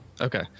Okay